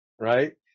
Right